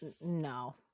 No